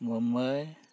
Mumbai